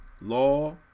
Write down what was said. law